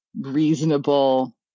reasonable